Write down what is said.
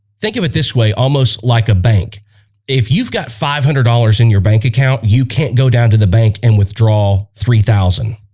think of it this way almost like a bank if you've got five hundred dollars in your bank account you can't go down to the bank and withdraw three thousand